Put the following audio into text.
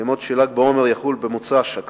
אף של"ג בעומר יחול במוצאי-שבת,